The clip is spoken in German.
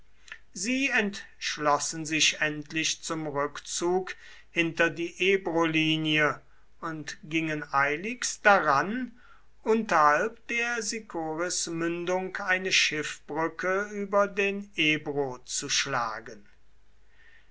sie entschlossen sich endlich zum rückzug hinter die ebrolinie und gingen eiligst daran unterhalb der sicorismündung eine schiffbrücke über den ebro zu schlagen